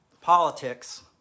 politics